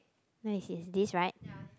where is his this right